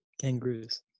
kangaroos